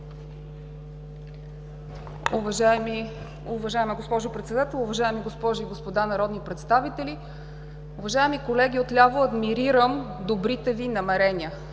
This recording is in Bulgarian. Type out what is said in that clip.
Уважаема госпожо Председател, уважаеми госпожи и господа народни представители! Уважаеми колеги отляво, адмирирам добрите Ви намерения,